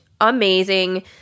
amazing